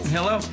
Hello